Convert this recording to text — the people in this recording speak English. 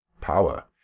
Power